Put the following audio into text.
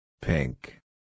Pink